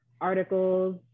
articles